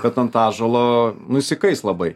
kad ant ąžuolo nu jis įkais labai